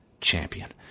champion